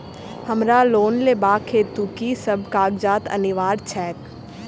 हमरा लोन लेबाक हेतु की सब कागजात अनिवार्य छैक?